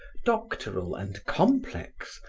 doctoral and complex,